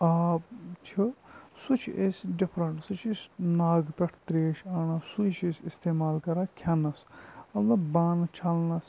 آب چھِ سُہ چھِ أسۍ ڈِفرنٛٹ سُہ چھِ أسۍ ناگہٕ پٮ۪ٹھ ترٛیش اَنان سُے چھِ أسۍ استعمال کَران کھٮ۪نَس البتہ بانہٕ چھَلنَس